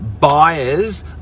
Buyers